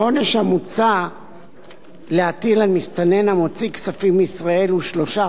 העונש המוצע להטיל על מסתנן המוציא כספים מישראל הוא שלושה